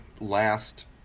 last